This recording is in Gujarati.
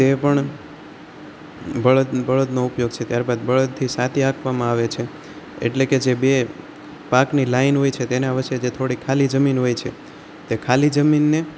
તે પણ બળદનો ઉપયોગ છે ત્યારબાદ બળદથી સાથી હાંકવામાં આવે છે એટલે કે જે બે પાકની લાઇન હોય છે તેના વચ્ચે જે થોડી ખાલી જમીન હોય છે તે ખાલી જમીનને